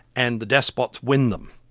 and the despots win them.